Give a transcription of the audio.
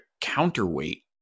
counterweight